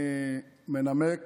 אני מזמין